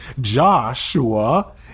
Joshua